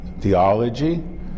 theology